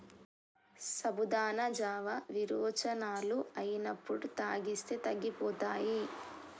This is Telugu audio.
సాబుదానా జావా విరోచనాలు అయినప్పుడు తాగిస్తే తగ్గిపోతాయి